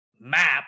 map